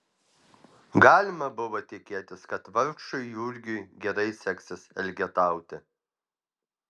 galima buvo tikėtis kad vargšui jurgiui gerai seksis elgetauti